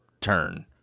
turn